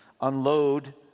unload